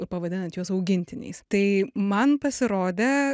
pavadinant juos augintiniais tai man pasirodė